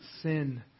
sin